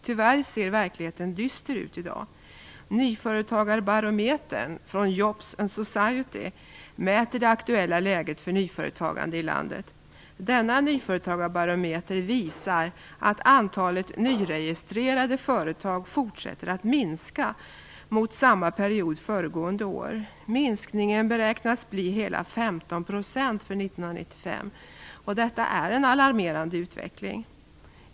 Tyvärr ser verkligheten dyster ut i dag. Nyföretagarbarometern från Jobs and Society mäter det aktuella läget för nyföretagande i landet. Nyföretagarbarometern visar att antalet nyregistrerade företag fortsätter att minska jämfört med samma period föregående år. Minskningen beräknas bli hela 15 % för 1995. Detta är en alarmerande utveckling.